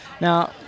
Now